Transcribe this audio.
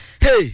Hey